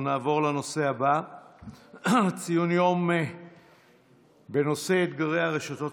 הצעות לסדר-היום בנושא: ציון יום בנושא אתגרי הרשתות